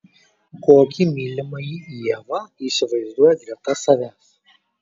kokį mylimąjį ieva įsivaizduoja greta savęs